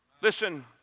Listen